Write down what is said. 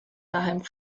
daheim